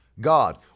God